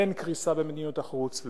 אין קריסה במדיניות החוץ.